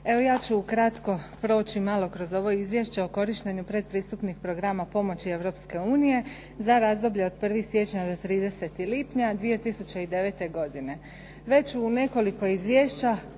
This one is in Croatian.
Evo ja ću ukratko proći malo kroz ovo izvješće o korištenju pretpristupnih programa pomoći Europske unije za razdoblje od 1. siječnja do 30. lipnja 2009. godine. Već u nekoliko izvješća